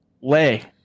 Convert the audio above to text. lay